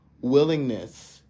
willingness